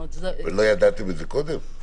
ולא ידעתם את זה קודם?